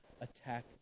attack